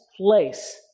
place